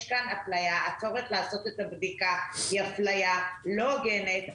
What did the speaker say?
הצורך לעשות את הבדיקה היא אפליה לא הוגנת,